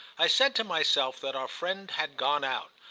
i said to myself that our friend had gone out,